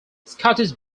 scottish